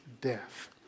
death